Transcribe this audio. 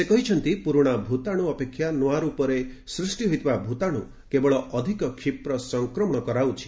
ସେ କହିଛନ୍ତି ପୁରୁଣା ଭୂତାଣୁ ଅପେକ୍ଷା ନୂଆ ରୂପରେ ସୂଷ୍ଟି ହୋଇଥିବା ଭୂତାଣୁ କେବଳ ଅଧିକ କ୍ଷୀପ୍ର ସଂକ୍ରମଣ କରାଉଛି